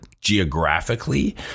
geographically